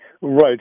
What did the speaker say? Right